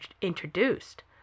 introduced